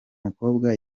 mukobwa